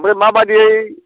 आमफ्राय मा बादियै